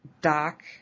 Doc